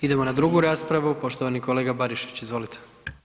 Idemo na 2. raspravu, poštovani kolega Barišić, izvolite.